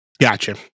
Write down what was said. gotcha